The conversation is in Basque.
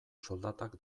soldatak